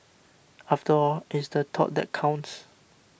after all it's the thought that counts